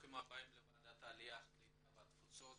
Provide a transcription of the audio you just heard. ברוכים הבאים לוועדת העלייה הקליטה והתפוצות.